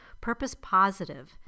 purpose-positive